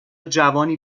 جوانی